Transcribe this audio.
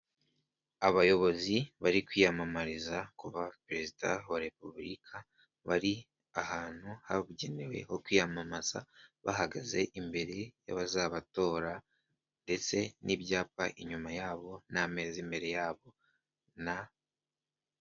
Abayobozi bari kwiyamamariza kuba perezida wa repubulika, bari ahantu habugenewe ho kwiyamamaza bahagaze imbere y'abazabatora ndetse n'ibyapa inyuma yabo n'amezi imbere yabo.